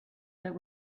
that